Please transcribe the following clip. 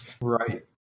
right